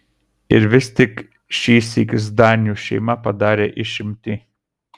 ir vis tik šįsyk zdanių šeima padarė išimtį